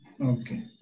Okay